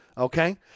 Okay